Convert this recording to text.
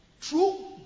True